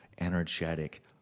energetic